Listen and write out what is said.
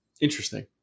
Interesting